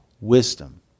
wisdom